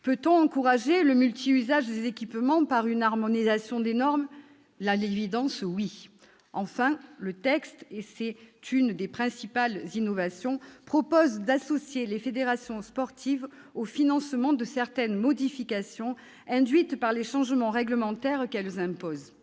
Doit-on encourager le multiusage des équipements par une harmonisation des normes ? À l'évidence, oui. Enfin, le texte- c'est une de ses principales innovations -propose d'associer les fédérations sportives au financement de certaines modifications induites par les changements réglementaires qu'elles imposent,